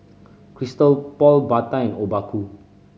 Christian Paul Bata and Obaku